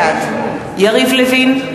בעד יריב לוין,